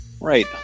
Right